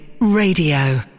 Radio